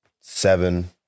seven